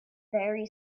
very